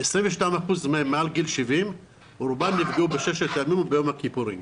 22% מהם מעל גיל 70. רובם נפגעו בששת הימים וביום הכיפורים.